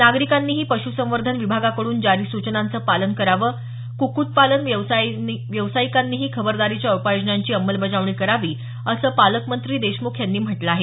नागरीकांनीही पशूसंवर्धन विभागाकडून जारी सूचनांचं पालन करावं कुक्कटपालन व्यावसायिकांनीही खबरदारीच्या उपाययोजनांची अंमलबजावणी करावी असं पालकमंत्री देशमुख यांनी म्हटलं आहे